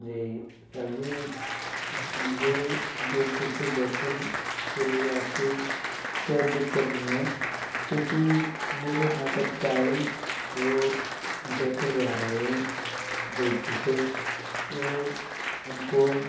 जी sir ji मुझे जोधपुर से जयपुर के लिए आपकी कैब बुक करनी है क्योंकि मेरे माता पिता आएँ वह जयपुर जा रहे हैं जो जोधपुर से तो उनको